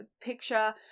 picture